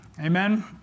Amen